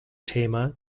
thema